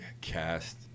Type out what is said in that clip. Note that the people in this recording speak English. cast